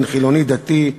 בין חילוני לדתי.